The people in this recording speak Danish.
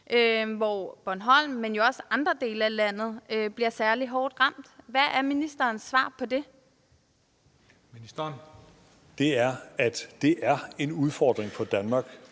at Bornholm, men jo også andre dele af landet, bliver særlig hårdt ramt? Hvad er ministerens svar på det? Kl. 15:09 Tredje næstformand (Christian